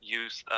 use